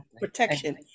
Protection